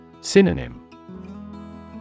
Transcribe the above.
Synonym